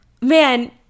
man